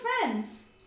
friends